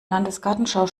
landesgartenschau